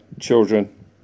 children